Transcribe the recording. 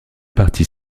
parties